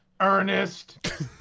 Ernest